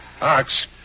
Ox